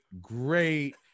great